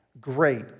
Great